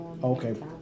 Okay